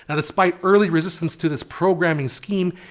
and despite early resistance to this programming scheme,